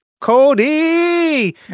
Cody